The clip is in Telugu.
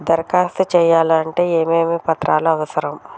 దరఖాస్తు చేయాలంటే ఏమేమి పత్రాలు అవసరం?